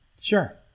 Sure